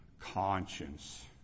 conscience